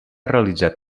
realitzat